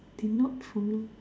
did not follow